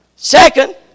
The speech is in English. Second